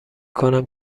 کنم